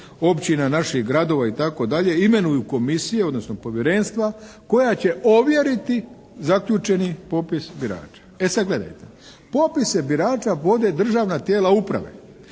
općina, naših gradova itd. imenuju komisije, odnosno povjerenstva koja će ovjeriti zaključeni popis birača. E sad gledajte, popise birača vode državna tijela uprave,